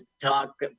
talk